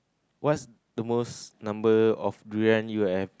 what is the most number of durian you have